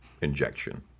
injection